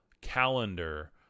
calendar